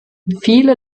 viele